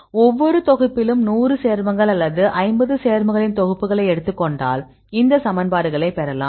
ஒவ்வொரு தொகுப்பிலும் 100 சேர்மங்கள் அல்லது 50 சேர்மங்களின் தொகுப்புகளை எடுத்துக்கொண்டால் இந்த சமன்பாடுகளை பெறலாம்